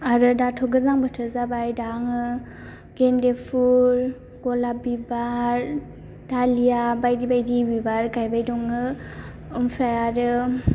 आरो दाथ' गोजां बोथोर जाबाय दा आङो गेन्दे फुल गलाब बिबार दालिया बायदि बायदि बिबार गायबाय दङो ओमफ्राइ आरो